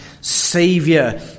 Savior